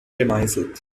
gemeißelt